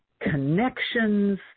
connections